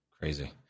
Crazy